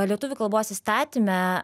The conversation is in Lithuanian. lietuvių kalbos įstatyme